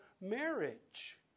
marriage